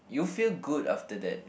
you feel good after that